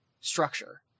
structure